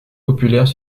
populaires